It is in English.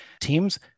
teams